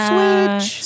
Switch